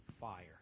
fire